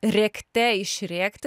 rėkte išrėkti